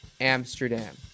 Amsterdam